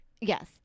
yes